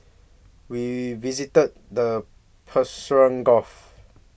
we visited the Persian Gulf